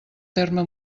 terme